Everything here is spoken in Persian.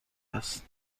است